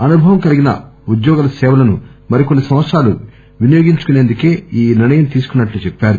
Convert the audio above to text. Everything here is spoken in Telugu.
అనుభవం కల్గిన ఉద్యోగుల సేవలను మరికొన్ని సంవత్సరాలు వినియోగించుకునేందుకే ఈ నిర్ణయం తీసుకున్నట్లు చెప్పారు